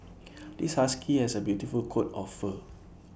this husky has A beautiful coat of fur